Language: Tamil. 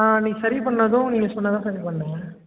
ஆ அன்றைக்கி சரி பண்ணதும் நீங்கள் சொன்னதுதான் சரி பண்ணிணேன்